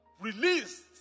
released